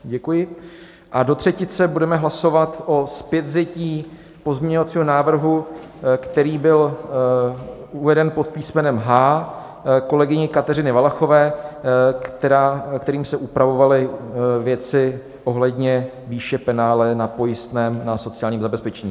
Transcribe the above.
Děkuji a do třetice budeme hlasovat o zpětvzetí pozměňovacího návrhu, který byl uveden pod písmenem H, kolegyně Kateřiny Valachové, kterým se upravovaly věci ohledně výše penále na pojistném na sociálním zabezpečení.